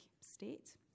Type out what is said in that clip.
state